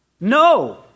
No